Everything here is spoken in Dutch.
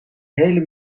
hele